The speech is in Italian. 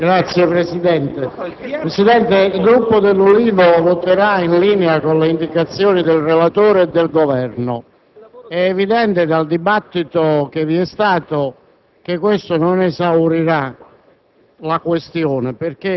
*(Ulivo)*. Signor Presidente, il Gruppo dell'Ulivo voterà in linea con le indicazioni del relatore e del Governo. È evidente, dal dibattito che vi è stato, che questo non esaurirà